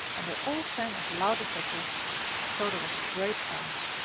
and they all sang as loud as they could so there was a great sound.